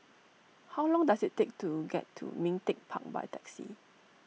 how long does it take to get to Ming Teck Park by taxi